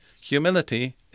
humility